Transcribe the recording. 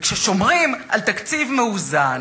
וכששומרים על תקציב מאוזן,